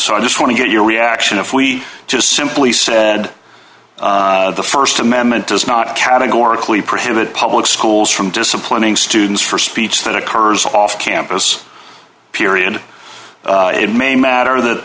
so i just want to get your reaction if we just simply said the st amendment does not categorically prohibit public schools from disciplining students for speech that occurs off campus period it may matter that